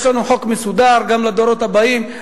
יש לנו חוק מסודר גם לדורות הבאים.